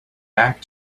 back